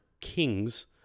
kings